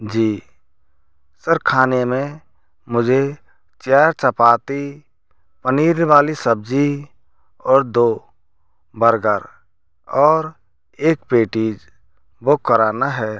जी sir खाने में मुझे चार चपाती पनीर वाली सब्ज़ी और दो बर्गर और एक पेटीज बूक कराना है